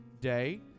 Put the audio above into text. Day